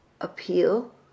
appeal